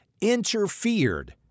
interfered